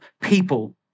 people